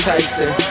Tyson